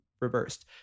reversed